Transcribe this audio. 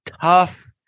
tough